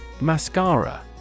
Mascara